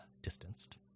Distanced